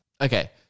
Okay